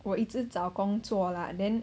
我一直找工作 lah then